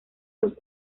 los